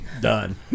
done